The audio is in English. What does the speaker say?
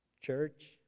Church